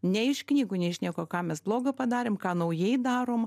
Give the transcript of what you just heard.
ne iš knygų ne iš nieko ką mes blogo padarėm ką naujai darom